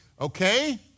Okay